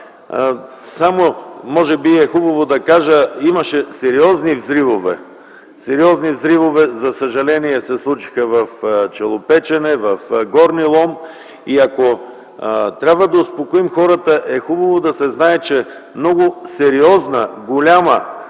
това. Може би е хубаво да кажа - имаше сериозни взривове. Сериозни взривове, за съжаление, се случиха в Челопечене, в Горни Лом и, ако трябва да успокоим хората, е хубаво да се знае, че много сериозна, голяма